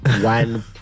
one